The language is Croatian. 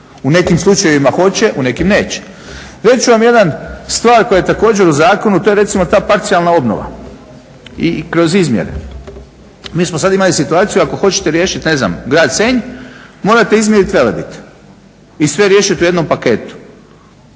U nekim slučajevima hoće, u nekim neće. Reći ću vam jednu stvar koja je također u zakonu to je recimo ta parcijalna obnova i kroz izmjere. Mi smo sad imali situaciju ako hoćete riješiti ne znam grad Senj morate izmjeriti Velebit i sve riješiti u jednom paketu.